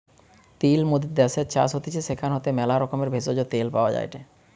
তিল মোদের দ্যাশের চাষ হতিছে সেখান হইতে ম্যালা রকমের ভেষজ, তেল পাওয়া যায়টে